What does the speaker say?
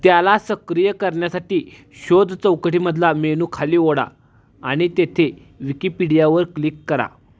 त्याला सक्रिय करण्यासाठी शोध चौकटीमधला मेनू खाली ओढा आणि तेथे विकिपीडियावर क्लिक करा